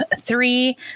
Three